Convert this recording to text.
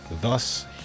thus